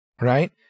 Right